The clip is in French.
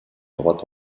droite